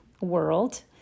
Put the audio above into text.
world